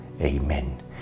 Amen